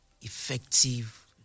effective